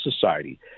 society